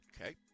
Okay